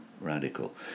radical